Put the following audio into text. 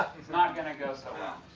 it's not going to go so well.